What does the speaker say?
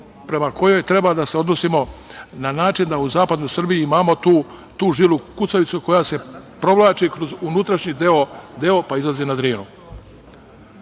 prema kojoj treba da se odnosimo na način da u zapadnoj Srbiji imamo tu žilu kucavicu koja se provlači kroz unutrašnji deo pa izlazi na